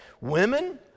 women